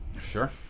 Sure